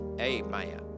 amen